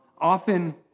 often